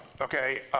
okay